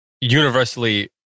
universally